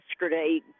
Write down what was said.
yesterday